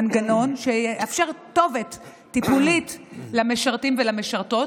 מנגנון שיאפשר כתובת טיפולית למשרתים ולמשרתות,